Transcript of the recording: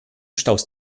staus